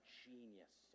genius